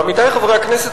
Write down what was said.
עמיתי חברי הכנסת,